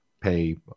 pay